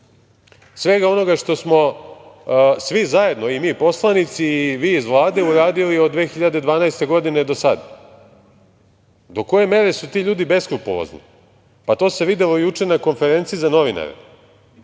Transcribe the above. svega onoga što smo svi zajedno i mi poslanici, i vi iz Vlade uradili od 2012. godine do sada. Do koje mere su ti ljudi beskrupulozni? Pa, to se videlo juče na konferenciji za novinare.